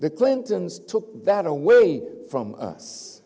the clintons took that away from us